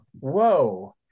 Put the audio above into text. whoa